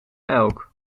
elk